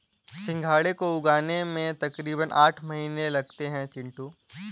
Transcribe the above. सिंघाड़े को उगने में तकरीबन आठ महीने लगते हैं चिंटू